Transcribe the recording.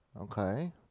Okay